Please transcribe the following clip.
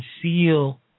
conceal